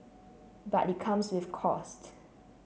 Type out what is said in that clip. but it comes with costs